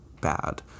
bad